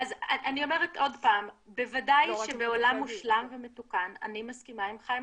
אני אומרת עוד פעם: בוודאי שבעולם מושלם ומתוקן אני מסכימה עם חיים